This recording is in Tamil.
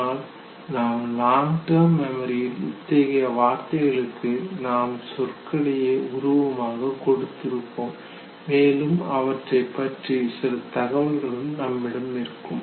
அதனால் நாம் லாங் டெர்ம் மெமரியில் இத்தகைய வார்த்தைகளுக்கு நாம் சொற்களையே உருவமாக கொடுத்திருப்போம் மேலும் அவற்றைப்பற்றி சில தகவல்களும் நம்மிடம் இருக்கும்